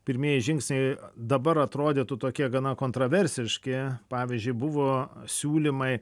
pirmieji žingsniai dabar atrodytų tokie gana kontroversiški pavyzdžiui buvo siūlymai